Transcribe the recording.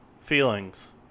feelings